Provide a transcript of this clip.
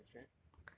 现在你很 stress